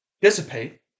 dissipate